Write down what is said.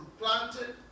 planted